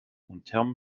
unterm